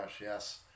yes